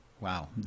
Wow